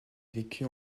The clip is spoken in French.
vécut